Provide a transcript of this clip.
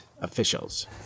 officials